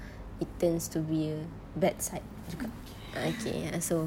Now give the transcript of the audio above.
it turns to be a bad side juga okay uh so